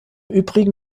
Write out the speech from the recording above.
übrigen